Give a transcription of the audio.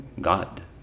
God